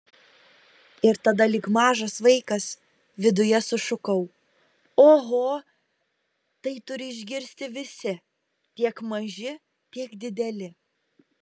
ir tada lyg mažas vaikas viduje sušukau oho tai turi išgirsti visi tiek maži tiek dideli